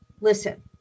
listen